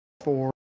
four